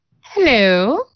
Hello